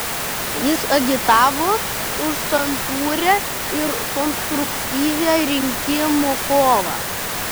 jis agitavo už santūrią ir konstruktyvią rinkimų kovą